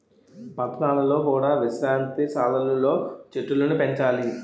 పట్టణాలలో కూడా విశ్రాంతి సాలలు లో చెట్టులను పెంచాలి